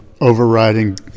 overriding